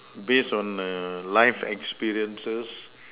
based on err life experiences